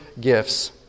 gifts